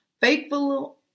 faithful